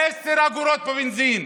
עשר אגורות בבנזין.